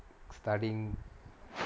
studying